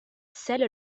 scelle